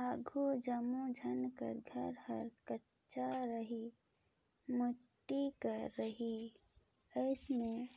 आघु जम्मो झन कर घर हर कच्चा रहें माटी कर रहे अइसे में